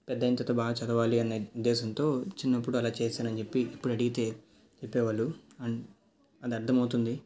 పెద్దగైన తరువాత బాగా చదవాలి అనే ఉద్దేశంతో చిన్నప్పుడు అలా చేసానని చెప్పి ఇప్పుడు అడిగితే చెప్పేవాళ్ళు అండ్ అది అర్థం అవుతుంది